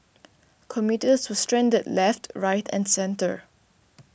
commuters were stranded left right and centre